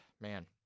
man